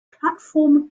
platform